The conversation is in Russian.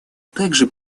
также